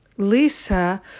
Lisa